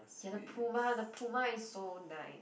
ya the Puma the Puma is so nice